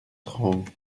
trente